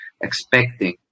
expecting